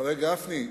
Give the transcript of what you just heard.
חבר הכנסת גפני,